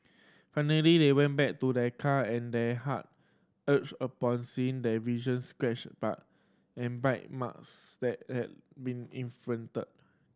finally they went back to their car and their heart ached upon seeing the scratch by and bite marks that had been inflicted